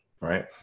right